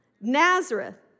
Nazareth